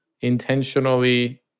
intentionally